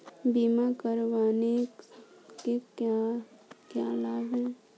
बीमा करवाने के क्या क्या लाभ हैं?